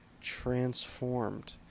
transformed